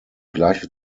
gleiche